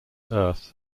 earth